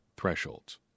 thresholds